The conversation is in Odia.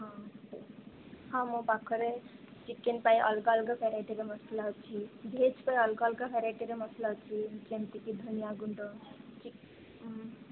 ହଁ ମୋ ପାଖରେ ଚିକେନ ପାଇଁ ଅଲଗା ଅଲଗା ଭେରାଇଟିର ମସଲା ଅଛି ଭେଜ ପାଇଁ ଅଲଗା ଅଲଗା ଭେରାଇଟିର ମସଲା ଅଛି ଯେମିତିକି ଧନିଆଁ ଗୁଣ୍ଡ